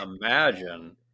imagine